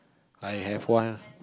I have one